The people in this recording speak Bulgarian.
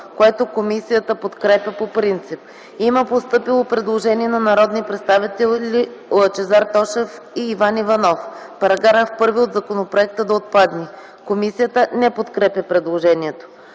което комисията подкрепя по принцип. Има постъпило предложение на народните представители Лъчезар Тошев и Иван Иванов -§ 1 от законопроекта да отпадне. Комисията не подкрепя предложението.